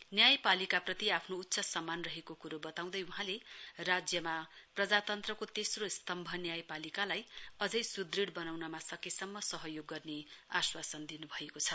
न्यायापालिकाप्रति आफ्नो उच्च सम्मान रहेको कुरो बताउँदै बहाँले राज्यमा प्रजातन्त्रको तेस्रो स्तम्भ न्यायपालिकालाई अझै सुदृढ बनाउनमा सकेसम्म सहयोग गर्ने आश्वासन दिनुभएको छ